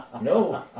No